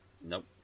Nope